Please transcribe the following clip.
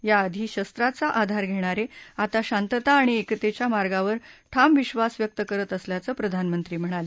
याआधी शस्त्राचा आधार घेणारे आता शांतता आणि एकतेच्या मार्गावर ठाम विक्षास व्यक्त करत असल्याचं प्रधानमंत्री म्हणाले